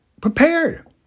prepared